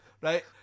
right